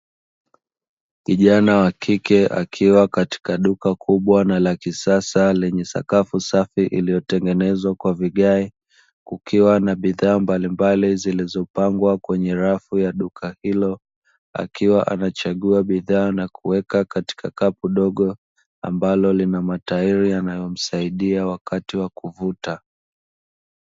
Kijana wa kike akiwa katika duka kubwa na la kisasa lenye sakafu safi iliyotengenezwa kwa vigae, kukiwa na bidhaa mbalimbali zilizopangwa kwenye rafu ya duka hilo, akiwa anachagua bidhaa na kuweka katika kapu dogo, ambalo lina matairi yanayomsaidia wakati wa kuvuta.